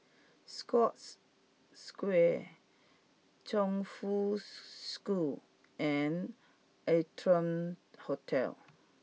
Scotts Square Chongfu School and Arton Hotel